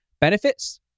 benefits